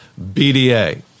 BDA